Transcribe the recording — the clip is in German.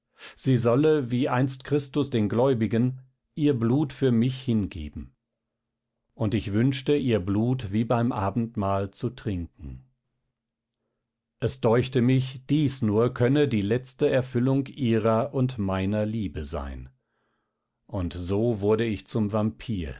sie solle wie einst christus den gläubigen ihr blut für mich hingeben und ich wünschte ihr blut wie beim abendmahl zu trinken es deuchte mich dies nur könne die letzte erfüllung ihrer und meiner liebe sein und so wurde ich zum vampir